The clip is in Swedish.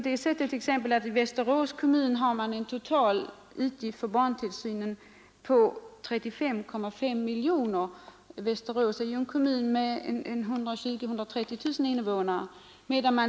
I Västerås kommun har man t.ex. en total utgift för barntillsynen på 35,5 miljoner kronor. Västerås är en kommun med 120 000-130 000 invånare.